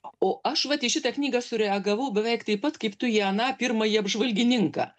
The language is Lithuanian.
o aš vat į šitą knygą sureagavau beveik taip pat kaip tu į aną pirmąjį apžvalgininką